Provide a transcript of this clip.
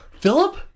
Philip